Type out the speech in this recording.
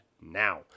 now